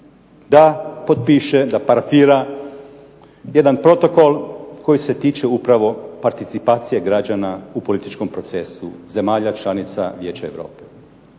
da potpiše, da parafira, jedan protokol koji se tiče upravo participacije građana u političkom procesu zemalja članica Vijeća Europe,